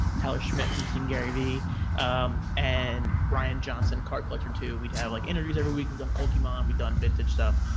tyler schmidt from team garyvee and ryan johnson, card collector too. we'd have like interviews every week. we've done pokemon. um we've done vintage stuff.